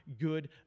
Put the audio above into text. good